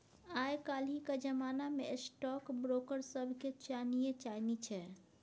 आय काल्हिक जमाना मे स्टॉक ब्रोकर सभके चानिये चानी छै